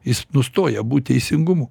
jis nustoja būt teisingumu